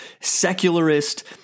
secularist